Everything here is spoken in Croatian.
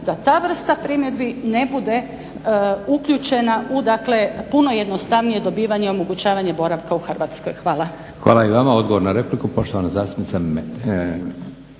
da ta vrsta primjedbi ne bude uključena u puno jednostavnije dobivanje i omogućavanje boravka u Hrvatskoj. Hvala. **Leko, Josip (SDP)** Hvala i vama. Odgovor na repliku, poštovana zastupnica